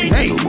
Hey